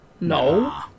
No